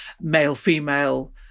male-female